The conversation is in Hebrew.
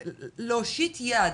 להושיט יד,